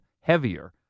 heavier